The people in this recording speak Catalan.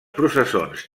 processons